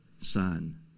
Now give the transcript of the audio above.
Son